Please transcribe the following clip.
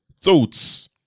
thoughts